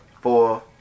four